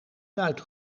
duit